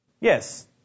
Yes